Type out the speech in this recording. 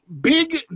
big